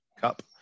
Cup